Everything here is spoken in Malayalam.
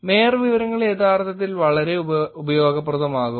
മേയർ വിവരങ്ങൾ യഥാർത്ഥത്തിൽ വളരെ ഉപയോഗപ്രദമാകും